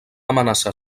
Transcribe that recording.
amenaçar